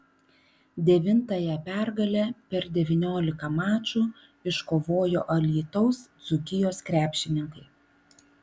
devintąją pergalę per devyniolika mačų iškovojo alytaus dzūkijos krepšininkai